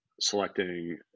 selecting